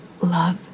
love